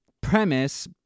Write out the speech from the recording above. premise